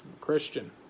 Christian